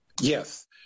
Yes